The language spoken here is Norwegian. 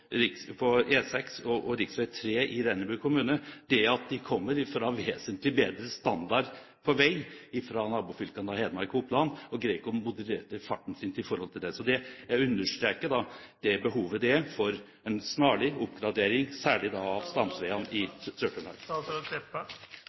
og rv. 3 i Rennebu kommune, er at man kommer fra veier med vesentlig bedre standard i nabofylkene Hedmark og Oppland, og greier ikke å moderere farten sin i forhold til det. Det understreker behovet for en snarlig oppgradering, særlig da av stamveiene i